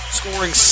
scoring